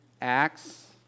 Acts